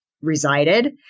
resided